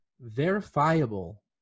verifiable